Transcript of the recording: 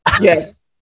Yes